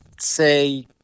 say